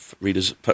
readers